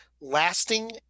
lasting